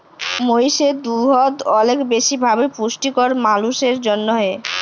মহিষের দুহুদ অলেক বেশি ভাবে পুষ্টিকর মালুসের জ্যনহে